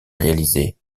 réaliser